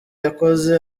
yakoze